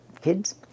kids